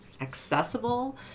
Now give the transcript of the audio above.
accessible